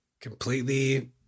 completely